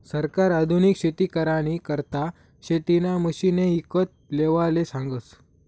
सरकार आधुनिक शेती करानी करता शेतीना मशिने ईकत लेवाले सांगस